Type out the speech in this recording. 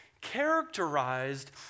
characterized